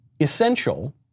Essential